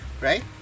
right